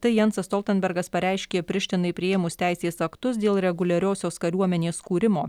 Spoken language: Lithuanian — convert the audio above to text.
tai jensas stoltenbergas pareiškė prištinai priėmus teisės aktus dėl reguliariosios kariuomenės kūrimo